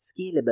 scalable